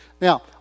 Now